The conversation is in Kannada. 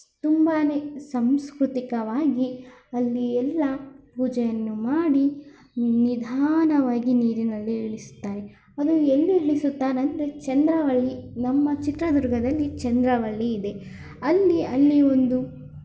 ತುಂಬಾ ಸಾಂಸ್ಕೃತಿಕವಾಗಿ ಅಲ್ಲಿ ಎಲ್ಲ ಪೂಜೆಯನ್ನು ಮಾಡಿ ನಿಧಾನವಾಗಿ ನೀರಿನಲ್ಲಿ ಇಳಿಸುತ್ತಾರೆ ಅದು ಎಲ್ಲಿ ಇಳಿಸುತ್ತಾರೆ ಅಂದರೆ ಚಂದ್ರವಳ್ಳಿ ನಮ್ಮ ಚಿತ್ರದುರ್ಗದಲ್ಲಿ ಚಂದ್ರವಳ್ಳಿ ಇದೆ ಅಲ್ಲಿ ಅಲ್ಲಿ ಒಂದು